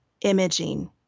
imaging